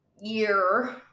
year